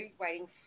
waiting